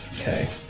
Okay